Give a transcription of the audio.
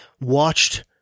watched